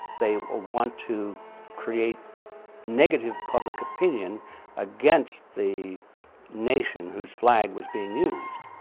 they ah want to create negative public opinion against. the nation whose flag was being used.